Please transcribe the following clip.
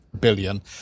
billion